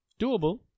doable